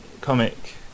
comic